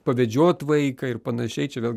pavedžiot vaiką ir panašiai čia vėlgi